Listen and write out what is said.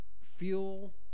fuel